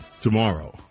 tomorrow